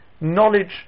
knowledge